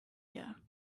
here